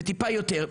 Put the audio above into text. וטיפה יותר.